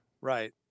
Right